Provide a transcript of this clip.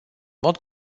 mod